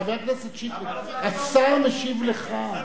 חבר הכנסת שטרית, השר משיב לך.